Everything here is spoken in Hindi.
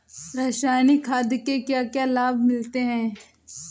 रसायनिक खाद के क्या क्या लाभ मिलते हैं?